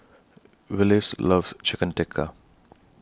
Willis loves Chicken Tikka